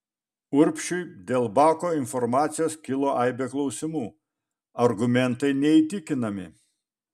urbšiui dėl bako informacijos kilo aibė klausimų argumentai neįtikinami